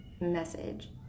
message